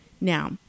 now